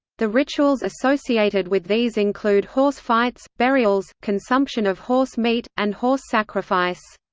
the rituals associated with these include horse fights, burials, consumption of horse meat, and horse sacrifice.